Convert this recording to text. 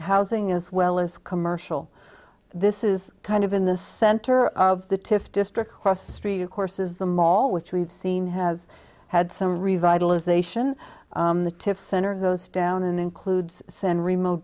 housing as well as commercial this is kind of in the center of the tiff district cross the street of course is the mall which we've seen has had some revitalization the tiff center goes down in includes send remote